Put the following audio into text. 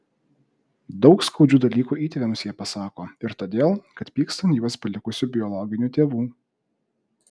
daug skaudžių dalykų įtėviams jie pasako ir todėl kad pyksta ant juos palikusių biologinių tėvų